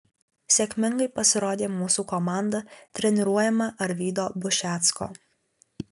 sėkmingai pasirodė mūsų komanda treniruojama arvydo bušecko